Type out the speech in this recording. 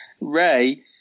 Ray